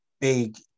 big